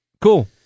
Cool